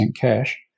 cash